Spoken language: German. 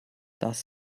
das